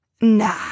Nah